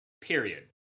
Period